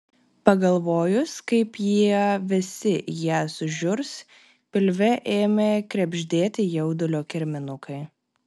pagalvojus kaip jie visi į ją sužiurs pilve ėmė krebždėti jaudulio kirminukai